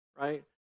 right